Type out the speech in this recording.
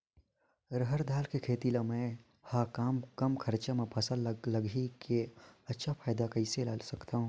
रहर दाल के खेती ला मै ह कम खरचा मा फसल ला लगई के अच्छा फायदा कइसे ला सकथव?